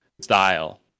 style